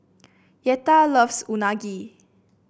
Yetta loves Unagi